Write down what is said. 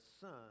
son